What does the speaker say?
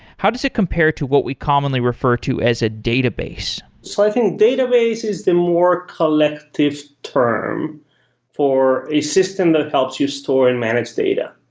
how does it compare to what we commonly refer to as a database? so i think database is the more collective term for a system that helps you store and manage data.